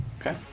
Okay